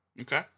okay